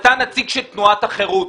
אתה נציג של תנועת החירות,